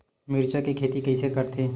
मिरचा के खेती कइसे करथे?